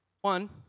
One